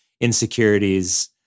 insecurities